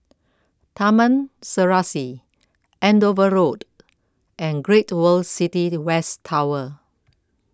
Taman Serasi Andover Road and Great World City West Tower